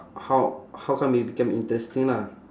how how come it become interesting lah